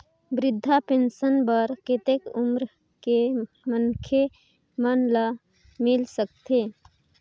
वृद्धा पेंशन बर कतेक उम्र के मनखे मन ल मिल सकथे?